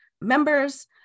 members